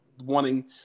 Wanting